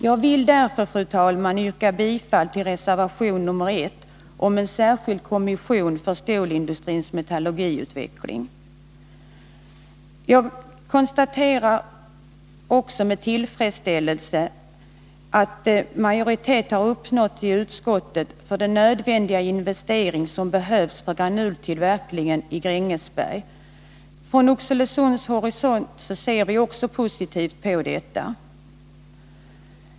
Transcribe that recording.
Jag vill därför, fru talman, yrka bifall till reservation nr 1 om en särskild kommission för stålindustrins metallurgiutveckling. Jag konstaterar också med tillfredsställelse att majoritet har uppnåtts i utskottet för anslag till den investering som är nödvändig för granultillverkning i Grängesberg. Från Oxelösunds horisont ser vi också positivt på detta.